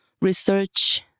research